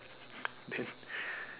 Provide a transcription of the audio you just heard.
then